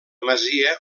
masia